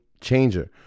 changer